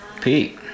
Pete